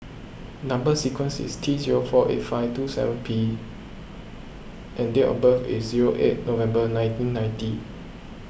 Number Sequence is T zero four eight five two seven P and date of birth is zero eight November nineteen ninety